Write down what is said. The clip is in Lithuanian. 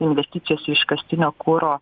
investicijos į iškastinio kuro